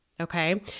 Okay